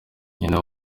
nyina